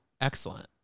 excellent